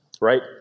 Right